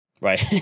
Right